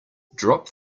drop